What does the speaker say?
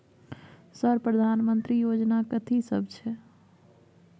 Sir प्रधानमंत्री योजना कथि सब छै?